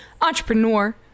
entrepreneur